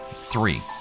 Three